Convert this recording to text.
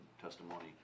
testimony